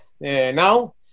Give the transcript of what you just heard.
now